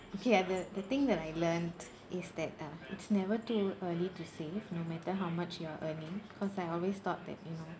okay ah the the thing that I learnt is that uh it's never too early to save no matter how much you're earning cause I always thought that you know